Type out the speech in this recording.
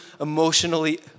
emotionally